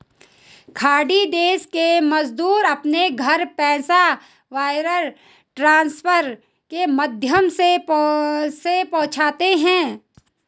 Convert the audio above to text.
खाड़ी देश के मजदूर अपने घर पैसा वायर ट्रांसफर के माध्यम से पहुंचाते है